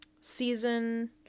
season